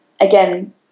again